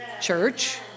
church